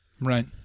Right